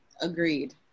agreed